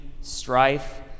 strife